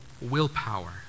willpower